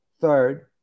third